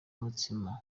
mutsima